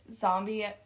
Zombie